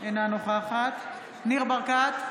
אינה נוכחת ניר ברקת,